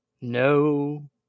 no